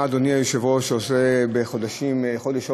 אני לא יודע מה אדוני היושב-ראש עושה בחודש אוגוסט,